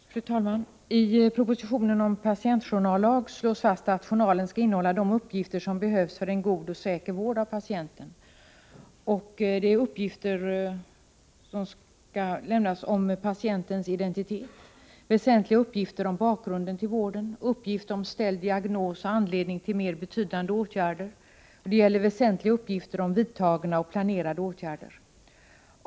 Fru talman! I propositionen om patientjournallag slås fast att journalen skall innehålla de uppgifter som behövs för en god och säker vård av patienten. Det är uppgifter som skall lämnas om patientens identitet, väsentliga uppgifter om bakgrunden till vården, uppgifter om ställd diagnos och anledningen till mer betydande åtgärder. Det gäller väsentliga uppgifter om vidtagna och planerade åtgärder.